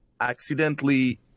accidentally